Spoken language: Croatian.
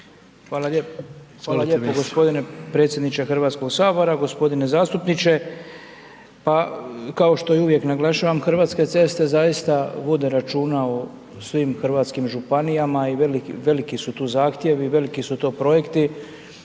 Hvala lijepo g. predsjedniče HS-a. G. zastupniče. Pa, kao što i uvijek naglašavam, HC zaista vode računa o svim hrvatskim županijama i veliki su tu zahtjevi, veliki su tu projekti